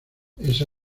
esa